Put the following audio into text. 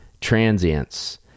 transients